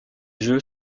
jeux